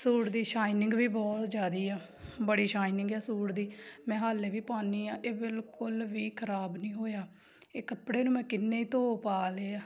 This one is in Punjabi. ਸੂਟ ਦੀ ਸ਼ਾਈਨਿੰਗ ਵੀ ਬਹੁਤ ਜ਼ਿਆਦਾ ਆ ਬੜੀ ਸ਼ਾਈਨਿੰਗ ਆ ਸੂਟ ਦੀ ਮੈਂ ਹਾਲੇ ਵੀ ਪਾਉਂਦੀ ਹਾਂ ਇਹ ਬਿਲਕੁਲ ਵੀ ਖਰਾਬ ਨਹੀਂ ਹੋਇਆ ਇਹ ਕੱਪੜੇ ਨੂੰ ਮੈਂ ਕਿੰਨੇ ਧੋਅ ਪਾ ਲਏ ਆ